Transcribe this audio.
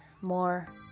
more